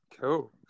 Cool